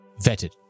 vetted